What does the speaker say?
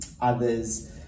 others